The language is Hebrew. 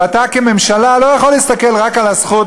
ואתה כממשלה לא יכול להסתכל רק על הזכות